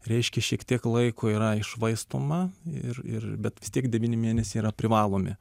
reiškia šiek tiek laiko yra iššvaistoma ir ir bet vis tiek devyni mėnesiai yra privalomi